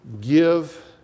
give